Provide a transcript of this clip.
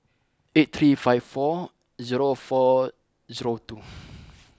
eight three five four zero four zero two